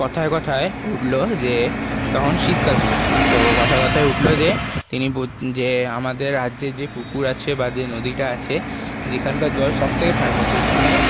কথায় কথায় উঠলো যে তখন শীতকাল ছিল তো কথায় কথায় উঠলো যে তিনি যে আমাদের রাজ্যে যে পুকুর আছে বা যে নদীটা আছে যেখানকার জল সবথেকে ঠান্ডা সেইখানে